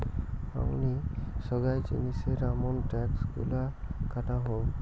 মাঙনি সোগায় জিনিসের আমন ট্যাক্স গুলা কাটা হউ